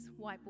whiteboard